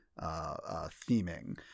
theming